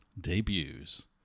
debuts